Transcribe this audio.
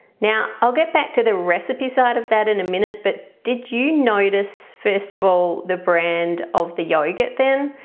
i'll get back to the recipe side of that in a minute but did you notice first of all the brand of the yogurt then?